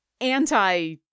anti-